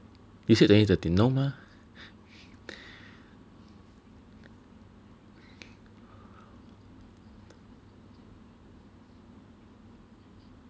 you said twenty thirteen no mah